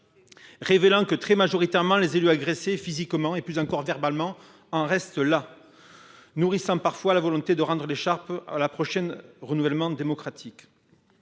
révélé que, très majoritairement, les élus agressés physiquement et plus encore verbalement en restaient là, avec parfois la volonté de rendre l’écharpe au prochain renouvellement démocratique.